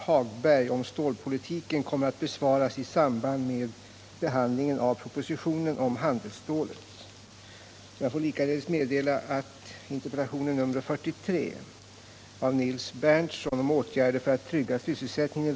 Herr talman!